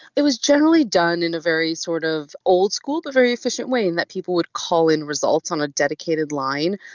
it was generally done in a very sort of old school, the very efficient way in that people would call in results on a dedicated line.